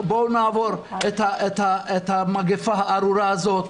בואו נעבור את המגפה הארורה הזאת,